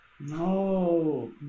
No